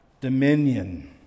Dominion